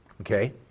Okay